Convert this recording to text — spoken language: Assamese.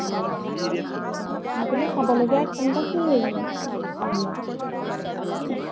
মাজুলীত চাবলগীয়া তেনেকুৱা কি পাম বাৰু